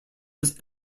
was